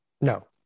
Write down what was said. No